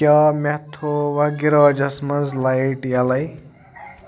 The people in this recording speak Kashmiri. کیا مےٚ تھووا گِراجس منٛز لایٹ یَلَے